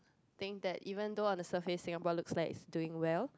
think that even though on the surface Singapore looks likes doing well